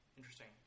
Interesting